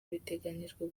biteganyijwe